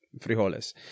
frijoles